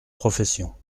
professions